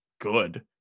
good